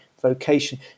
vocation